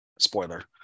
spoiler